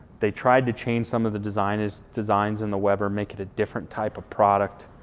they tried to change some of the designers designs in the weber, make it a different type of product.